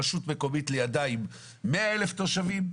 רשות מקומית היא עדיין 100,000 תושבים,